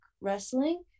wrestling